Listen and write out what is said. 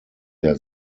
der